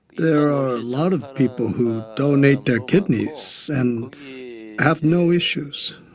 there are a lot of people who donate their kidneys and have no issues,